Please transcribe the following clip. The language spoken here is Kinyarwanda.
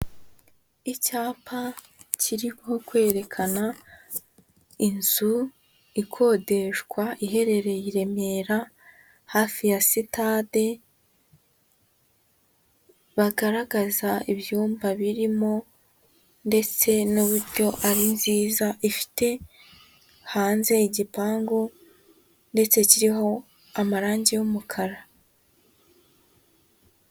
Icyapa kiriho kwerekana inzu ikodeshwa, iherereye i Remera hafi ya sitade, bagaragaza ibyumba birimo ndetse n'uburyo ari nziza, ifite hanze igipangu ndetse kiriho amarange y'umukara.